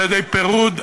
על-ידי פירוד,